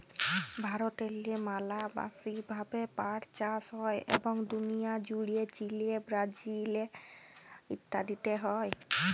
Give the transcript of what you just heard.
ভারতেল্লে ম্যালা ব্যাশি ভাবে পাট চাষ হ্যয় এবং দুলিয়া জ্যুড়ে চিলে, ব্রাজিল ইত্যাদিতে হ্যয়